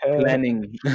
planning